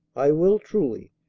i will truly.